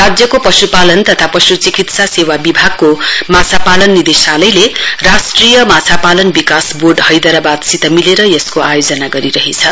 राज्यको पशुपालन तथा पशुचिकित्सा सेवा विभागको माछा पालन निर्देशालयले राष्ट्रिय माछा पालन विकास बोर्ड हैदराबादसित मिलेर यसको आयोजना गरिरहेछ